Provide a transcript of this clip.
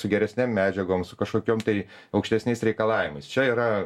su geresnėm medžiagom su kažkokiom tai aukštesniais reikalavimais čia yra